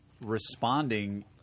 responding